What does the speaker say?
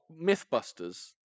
Mythbusters